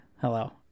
Hello